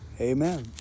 Amen